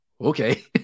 okay